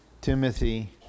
Timothy